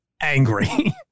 angry